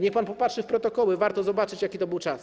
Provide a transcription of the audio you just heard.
Niech pan popatrzy w protokoły, warto zobaczyć, jaki to był czas.